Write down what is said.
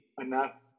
enough